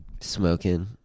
Smoking